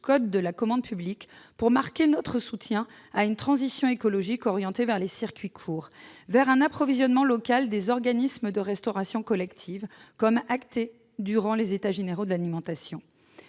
code de la commande publique pour marquer notre soutien à une transition écologique orientée vers les circuits courts et un approvisionnement local des organismes de restauration collective, comme cela a été réclamé durant les états généraux de l'alimentation